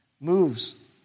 moves